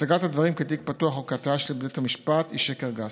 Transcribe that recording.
הצגת הדברים כתיק פתוח או כהטעיה של בית המשפט היא שקר גס.